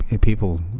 People